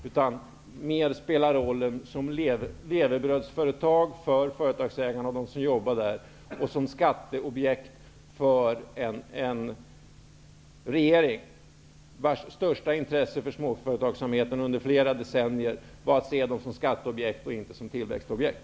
De fick mer spela rollen som levebrödsföretag för företagsägarna och de anställda och som skatteobjekt för en regering vars största intresse för småföretagsamheten under flera decennier var att se dem som skatteobjekt och inte som tillväxtobjekt.